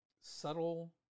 subtle